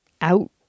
Out